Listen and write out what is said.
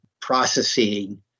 processing